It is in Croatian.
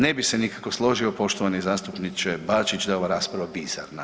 Ne bi se nikako složio poštovani zastupniče Bačić da je ova rasprava bizarna.